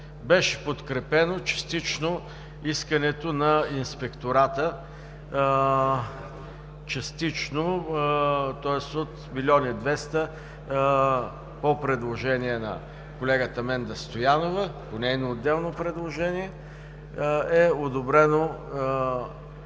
Беше подкрепено частично искането на Инспектората – частично, тоест от милион и двеста по предложение на колегата Менда Стоянова, нейно отделно предложение, е одобрено